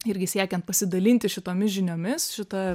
irgi siekiant pasidalinti šitomis žiniomis šita